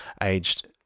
aged